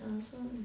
ya so